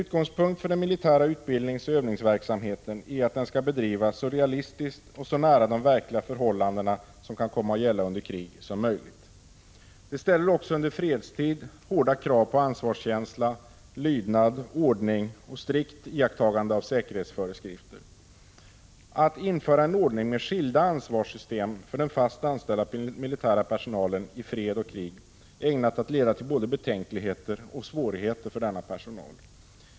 Utgångspunkten för den militära utbildningsoch övningsverksamheten är att den skall bedrivas så realistiskt och så nära de verkliga förhållanden som kan komma att gälla under krig som möjligt. Det ställer också under fredstid hårda krav på ansvarskänsla, lydnad, ordning och strikt iakttagande av säkerhetsföreskrifter. Att införa en ordning med skilda ansvarssystem för den fast anställda militära personalen i fred och krig är ägnat att leda till både betänkligheter och svårigheter för denna personal.